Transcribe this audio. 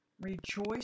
Rejoice